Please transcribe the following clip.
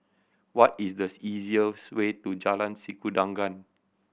what is the easiest way to Jalan Sikudangan